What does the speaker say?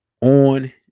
on